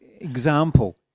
example